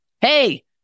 Hey